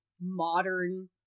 modern